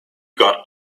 got